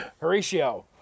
horatio